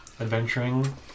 adventuring